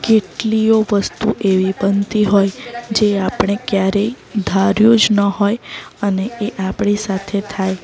કેટલીયે વસ્તુ એવી બનતી હોય જે આપણે ક્યારેય ધાર્યું જ ન હોય અને એ આપણી સાથે થાય